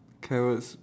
carrots